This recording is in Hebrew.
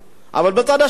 אבל בצד השני,